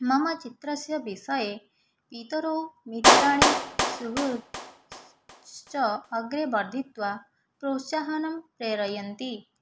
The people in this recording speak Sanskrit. मम चित्रस्य विसये पितरौ मित्राणि सुहृत् च अग्रे वर्धयित्वा प्रोत्साहनं प्रेरयन्ति